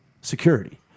security